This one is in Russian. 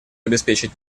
обеспечить